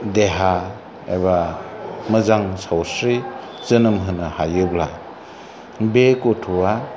देहा एबा मोजां सावस्रि जोनोम होनो हायोब्ला बे गथ'आ